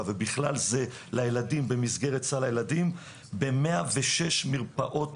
ובכלל זה לילדים במסגרת סל הילדים ב-106 מרפאות